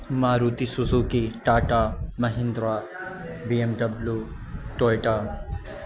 Maruti Suzuki Tata Mahindra B M W Toyota